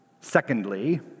Secondly